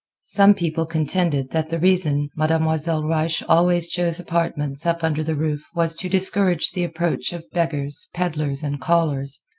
some people contended that the reason mademoiselle reisz always chose apartments up under the roof was to discourage the approach of beggars, peddlars and callers.